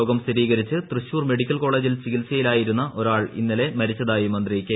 രോഗം സ്ഥിരികരിച്ച് തൃശൂർ മെഡിക്കൽ കോളേജിൽ ചികിത്സയിലായിരുന്ന ഒരാൾ ഇന്നലെ മരിച്ചതായി മന്ത്രി കെ